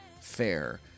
Fair